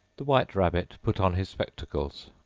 the white rabbit put on his spectacles.